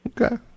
Okay